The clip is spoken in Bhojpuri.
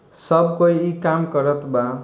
सब कोई ई काम करत बा